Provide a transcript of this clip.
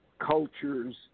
cultures